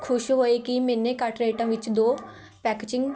ਖੁਸ਼ ਹੋਏ ਕਿ ਮੇਨੇ ਘੱਟ ਰੇਟਾਂ ਵਿੱਚ ਦੋ ਪੇਕੇਜਿੰਗ